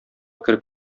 кереп